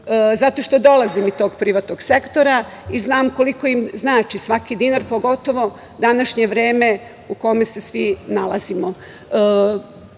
zato što dolazim iz tog privatnog sektora i znam koliko im znači svaki dinar, pogotovo u današnje vreme u kome se svi nalazimo.